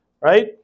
right